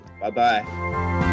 Bye-bye